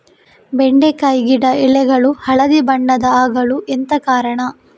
ಬೆಂಡೆಕಾಯಿ ಗಿಡ ಎಲೆಗಳು ಹಳದಿ ಬಣ್ಣದ ಆಗಲು ಎಂತ ಕಾರಣ?